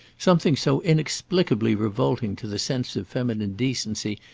something so inexplicably revolting to the sense of feminine decency,